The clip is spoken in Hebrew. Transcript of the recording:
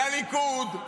לליכוד,